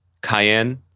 cayenne